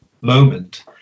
moment